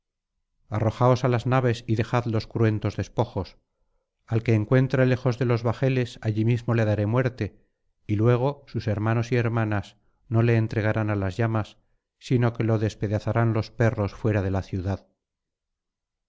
arrojaos á las naves y dejad los cruentos despojos al que enguentre lejos de los bajeles allí mismo le daré muerte y luego sus hermanos y hermanas no le entregarán á las llamas sino que lo despedazarán los perros fuera de la ciudad